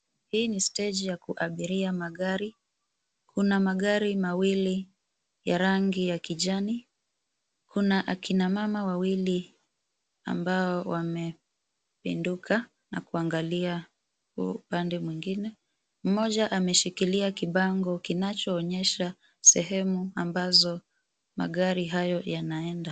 Hii ni steji ya kuabiria magari. Kuna magari mawili ya rangi ya kijani. Kuna akina mama wawili ambao wamepinduka na kuangalia upande mwingine. Mmoja ameshikilia kibango kinachoonyesha sehemu ambazo magari hayo yanaenda.